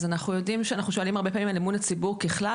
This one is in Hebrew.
אנחנו שואלים הרבה פעמים על אמון הציבור ככלל,